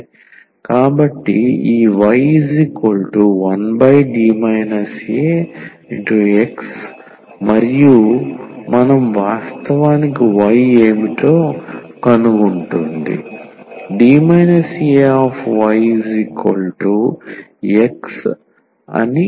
కాబట్టి ఈ y1D aX మరియు మనం వాస్తవానికి y ఏమిటో కనుగొంటుంది